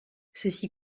ceci